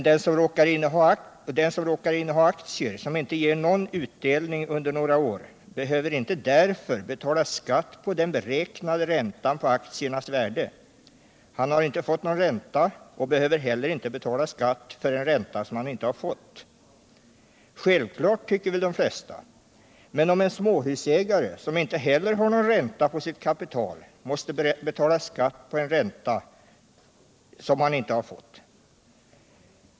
Den som råkar inneha aktier som inte ger någon utdelning under några år behöver inte därför betala skatt på den beräknade räntan på aktiernas värde. Han har inte fått någon ränta och behöver heller inte betala skatt för en ränta som han inte fått. Självklart, tycker väl de flesta. Men en småhusägare, som inte heller har någon ränta på sitt kapital, måste betala skatt på en ränta som han inte har fått.